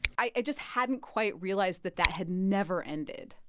i just hadn't quite realized that that had never ended.